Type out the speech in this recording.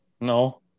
no